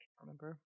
remember